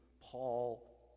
Paul